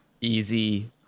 easy